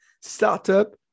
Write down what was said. startup